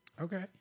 okay